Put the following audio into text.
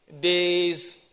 day's